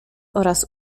oraz